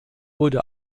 wurde